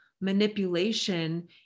manipulation